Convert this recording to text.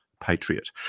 patriot